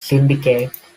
syndicate